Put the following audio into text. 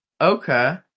Okay